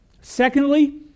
Secondly